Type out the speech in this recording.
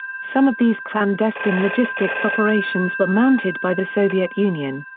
some of these clandestine logistics operations were mounted by the soviet union.